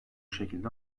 şekilde